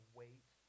wait